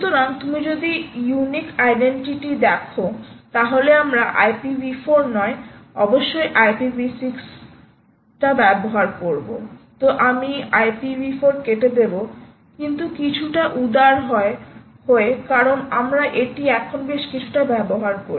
সুতরাং তুমি যদি ইউনিক আইডেন্টিটি দেখো তাহলে আমরা IPv4 নয় অবশ্যই IPv6 তো আমি IPv4 কেটে দেবো কিন্তু কিছুটা উদার হয় কারণ আমরা এটি এখন বেশ কিছুটা ব্যবহার করি